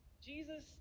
Jesus